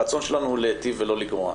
הרצון שלנו הוא להיטיב ולא לגרוע.